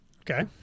okay